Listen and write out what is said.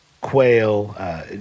quail